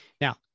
now